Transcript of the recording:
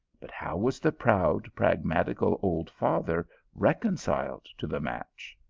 but how was the proud pragmatical old father reconciled to the match?